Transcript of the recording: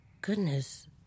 Goodness